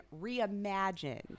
reimagined